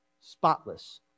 spotless